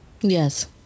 Yes